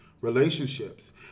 relationships